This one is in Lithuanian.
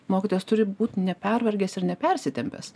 mokytojas turi būt nepervargęs ir nepersitempęs